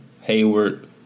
Hayward